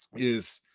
is,